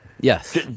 Yes